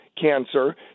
cancer